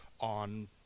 on